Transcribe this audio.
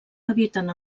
eviten